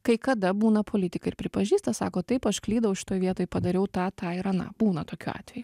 kai kada būna politikai ir pripažįsta sako taip aš klydau šitoj vietoj padariau tą tą ir aną būna tokių atvejų